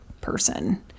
person